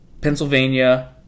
Pennsylvania